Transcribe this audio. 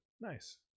Nice